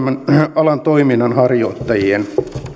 alan toiminnanharjoittajien